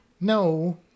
No